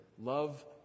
Love